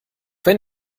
wenn